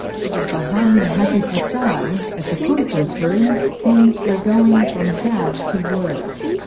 but behind the happy facade, at the conference rooms things were going from bad to worse.